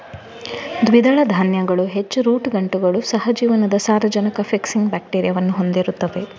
ದ್ವಿದಳ ಧಾನ್ಯಗಳು ಹೆಚ್ಚು ರೂಟ್ ಗಂಟುಗಳು, ಸಹ ಜೀವನದ ಸಾರಜನಕ ಫಿಕ್ಸಿಂಗ್ ಬ್ಯಾಕ್ಟೀರಿಯಾವನ್ನು ಹೊಂದಿರುತ್ತವೆ